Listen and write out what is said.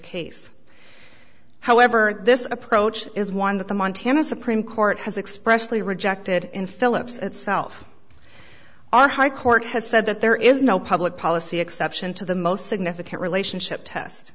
case however this approach is one that the montana supreme court has expressly rejected in philip's itself are high court has said that there is no public policy exception to the most significant relationship test